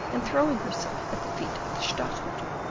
and throwing herself at the feet of the stadtholder,